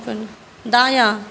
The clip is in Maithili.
दायाँ